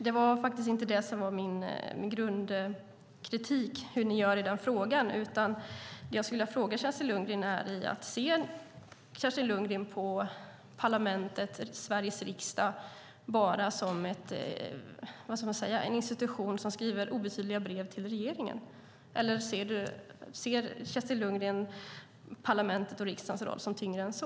Det var faktiskt inte hur ni gör i den frågan som var min grundkritik, utan jag skulle vilja fråga Kerstin Lundgren: Ser Kerstin Lundgren på Sveriges riksdag bara som en institution som skriver obetydliga brev till regeringen, eller ser Kerstin Lundgren parlamentets och riksdagens roll som tyngre än så?